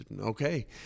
Okay